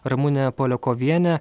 ramunė poliakovienė